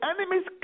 enemies